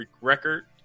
Record